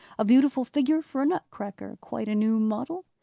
a beautiful figure for a nut-cracker quite a new model.